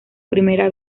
primera